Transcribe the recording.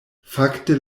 fakte